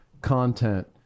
content